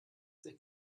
sich